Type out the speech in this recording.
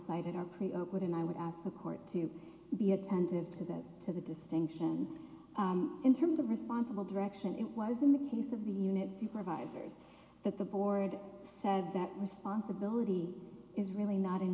cited are pretty up with and i would ask the court to be attentive to that to the distinction in terms of responsible direction it was in the case of the unit supervisors that the board says that responsibility is really not an